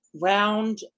round